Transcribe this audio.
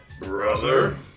brother